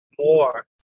more